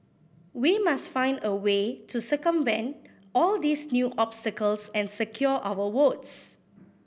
we must find a way to circumvent all these new obstacles and secure our votes